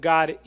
God